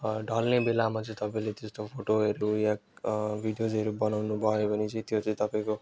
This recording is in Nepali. ढल्ने बेलामा चाहिँ तपाईँले त्यस्तो फोटोहरू या भिडियोजहरू बनाउनुभयो भने चाहिँ त्यो चाहिँ तपाईँको